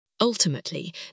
Ultimately